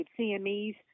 CMEs